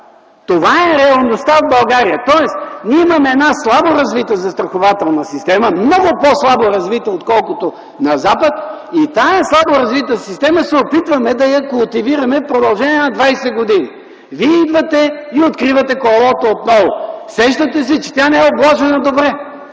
Това е реалността в България. Тоест ние имаме една слабо развита застрахователна система, много по-слабо развита отколкото на Запад, и тая слабо развита система се опитваме да я култивираме в продължение на 20 години. Вие идвате и откривате колелото отново. Сещате се, че тя не е обложена добре.